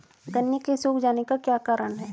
गन्ने के सूख जाने का क्या कारण है?